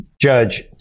Judge